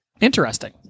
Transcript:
interesting